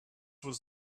was